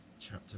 chapter